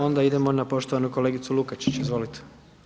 Onda idemo na poštovanu kolegicu Lukačić, izvolite.